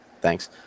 Thanks